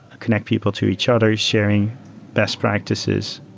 connect people to each other, sharing best practices.